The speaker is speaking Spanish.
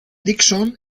dixon